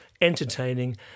entertaining